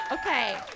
Okay